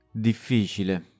Difficile